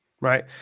Right